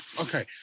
Okay